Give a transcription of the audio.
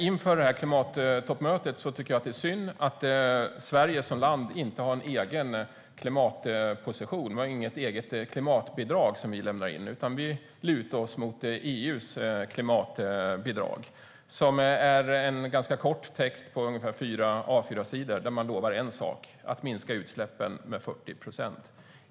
Inför klimattoppmötet är det synd att Sverige som land inte har någon egen klimatposition. Vi har inget eget klimatbidrag att lämna in, utan vi lutar oss mot EU:s klimatbidrag. Det består av en ganska kort text på ungefär fyra A4-sidor där man lovar en sak, att minska utsläppen med 40 procent.